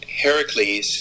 Heracles